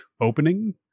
opening